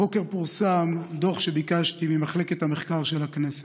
הבוקר פורסם דוח שביקשתי ממחלקת המחקר של הכנסת.